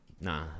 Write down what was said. nah